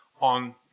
on